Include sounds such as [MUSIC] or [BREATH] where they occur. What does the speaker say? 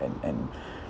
en~ en~ [BREATH]